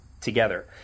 together